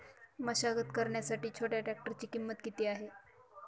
मशागत करण्यासाठी छोट्या ट्रॅक्टरची किंमत किती आहे?